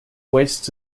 wastes